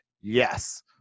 Yes